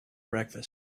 breakfast